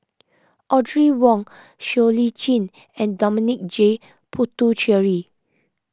Audrey Wong Siow Lee Chin and Dominic J Puthucheary